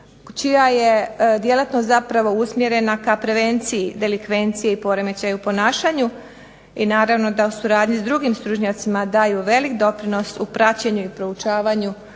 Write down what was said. čija je djelatnost zapravo usmjerena ka prevenciji delikvencije i poremećaja u ponašanju, i naravno da u suradnji s drugim stručnjacima daju velik doprinos u praćenju i proučavanju